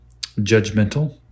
judgmental